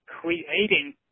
creating